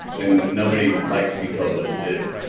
and nobody likes to be told what to do,